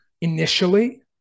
initially